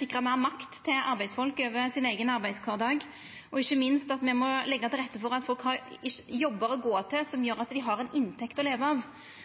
sikra meir makt til arbeidsfolk over sin eigen arbeidskvardag og ikkje minst at me må leggja til rette for at folk har jobbar å gå til som gjer at dei har ei inntekt å leva av.